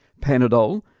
Panadol